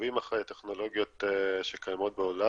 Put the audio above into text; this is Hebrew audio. עוקבים אחרי טכנולוגיות שקיימות בעולם.